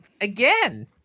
again